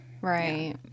Right